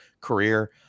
career